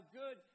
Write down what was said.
good